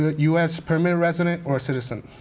u s. permanent resident or a citizen,